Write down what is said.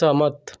सहमत